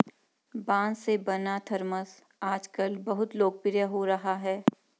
बाँस से बना थरमस आजकल बहुत लोकप्रिय हो रहा है